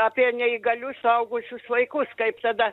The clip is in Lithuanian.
apie neįgalius suaugusius vaikus kaip tada